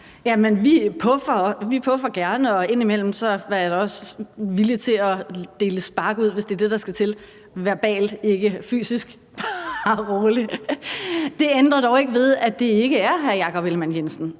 vi puffer gerne, og indimellem er jeg da også villig til at dele spark ud, hvis det er det, der skal til, altså verbalt, ikke fysisk – bare rolig. Det ændrer dog ikke ved, at det ikke er hr. Jakob Ellemann-Jensen,